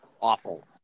awful